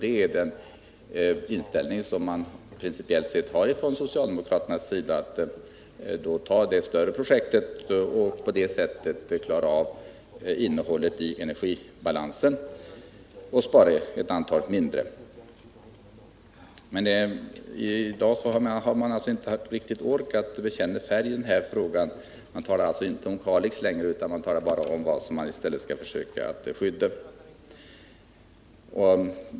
Det är den inställning man principiellt har från socialdemokratiskt håll, nämligen att man för att klara av att upprätthålla energibalansen skall satsa på ett större utbyggnadsprojekt och därmed skydda ett antal mindre. Men i dag har man alltså inte haft riktig kraft att bekänna färg i denna fråga. Det talas inte längre om Kalix älv utan bara om vad man i stället skall försöka att skydda.